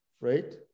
right